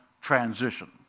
transition